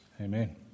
Amen